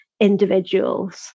individuals